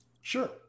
Sure